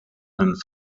hun